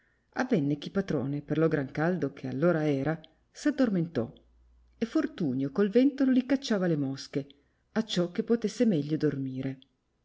avenne ch'i patrone per lo gran caldo che all'ora era s'addormentò e fortunio col ventolo li cacciava le mosche acciò che potesse meglio dormire